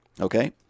Okay